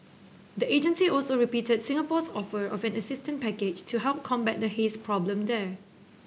the agency also repeated Singapore's offer of an assistance package to help combat the haze problem there